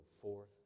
forth